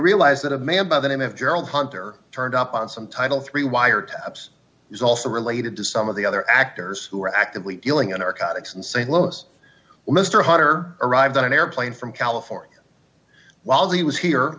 realize that a man by the name of gerald hunter turned up on some title three wire taps is also related to some of the other actors who are actively dealing in our contacts in st louis where mr hodder arrived on an airplane from california while the was here